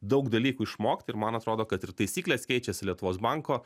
daug dalykų išmokt ir man atrodo kad ir taisyklės keičiasi lietuvos banko